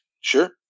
Sure